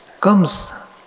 comes